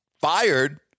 fired